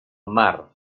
mar